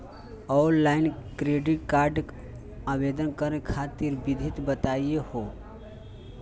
Online credit card आवेदन करे खातिर विधि बताही हो?